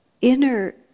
inner